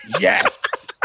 Yes